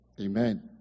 Amen